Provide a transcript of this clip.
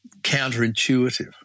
counterintuitive